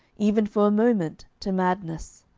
even for a moment, to madness.